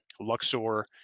Luxor